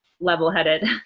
level-headed